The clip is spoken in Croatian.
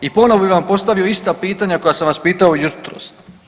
I ponovno bi vam postavio ista pitanja koja sam vas pitao jutros.